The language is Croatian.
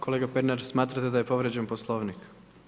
Kolega Pernar, smatrate da je povrijeđen Poslovnik?